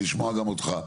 לשמוע גם אותך,